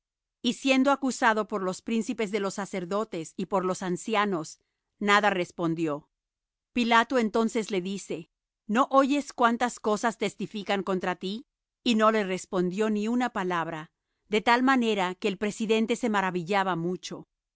y siendo acusado por los príncipes de los sacerdotes y por los ancianos nada respondió pilato entonces le dice no oyes cuántas cosas testifican contra tí y no le respondió ni una palabra de tal manera que el presidente se maravillaba mucho